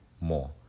more